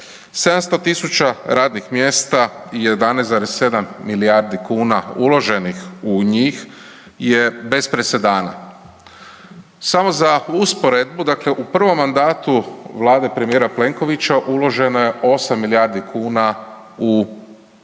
700.000 radnih mjesta i 11,7 milijardi kuna uloženih u njih je bez presedana. Samo za usporedbu, dakle u prvom mandatu vlade premijera Plenkovića uloženo je 8 milijardi kuna u zapošljavanje.